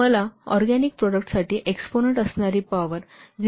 मला ऑरगॅनिक प्रॉडक्टसाठी एक्सपोनंन्ट असणारी पॉवर 0